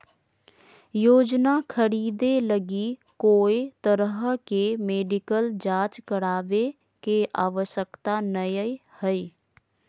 योजना खरीदे लगी कोय तरह के मेडिकल जांच करावे के आवश्यकता नयय हइ